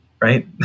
right